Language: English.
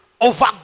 over